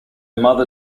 mother